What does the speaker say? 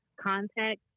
contact